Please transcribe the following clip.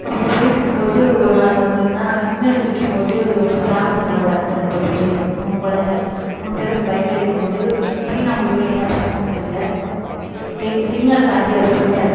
அப்படி போய்ட்ருக்கும்போது ஒரு நாள் வந்தீங்கன்னா சிக்னலில் நிற்கும்போது ஒரு ஃபேமிலி வந்தாங்க ஒரு ஹஸ்பண்ட் அண்ட் ஒய்ஃபு அவங்க கொழந்தை மூணு பேரும் அந்த பைக்கில் இருக்கும்போது திடீர்னு அவங்களுக்குள்ள என்ன பிரச்சனைன்னு தெரில வேக சிக்னல் தாண்டி அவர் போய்ட்டாரு